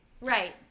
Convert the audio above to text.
Right